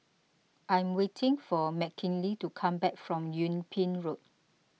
I am waiting for Mckinley to come back from Yung Ping Road